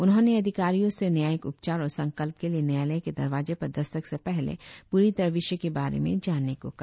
उन्होंने अधिकारियों से न्यायिक उपचार और संकल्प के लिए न्यायालय के दरवाजे पर दस्तक से पहले पूरी तरह विषय के बारे में जानने को कहा